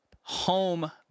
home